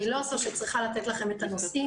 אני לא זו שצריכה לתת לכם את הנושאים.